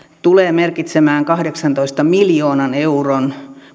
tulee merkitsemään kahdeksantoista miljoonan euron